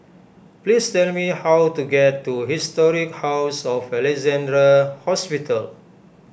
please tell me how to get to Historic House of Alexandra Hospital